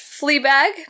Fleabag